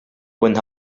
when